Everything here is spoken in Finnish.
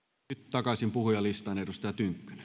takaisin puhujalistaan